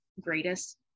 greatest